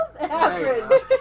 Average